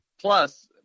Plus